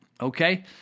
okay